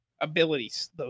abilities